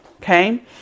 Okay